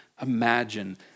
imagine